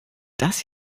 das